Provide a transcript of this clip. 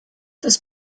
das